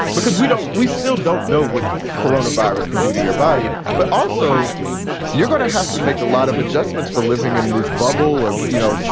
because we don't we still don't know what corona virus can do to your body, but also you're gonna have to make a lot of adjustments for living in this bubble or, you know, so,